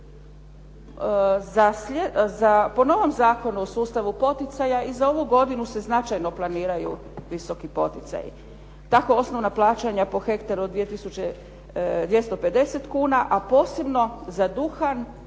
Po novom Zakonu o sustavu poticaja i za ovu godinu se značajno planiraju visoki poticaju. Tako osnovna plaćanja po hektaru od 2 250 kuna, a posebno za duhan